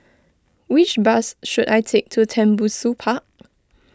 which bus should I take to Tembusu Park